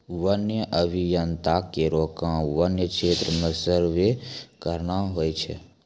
वन्य अभियंता केरो काम वन्य क्षेत्र म सर्वे करना होय छै